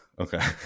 Okay